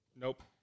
Nope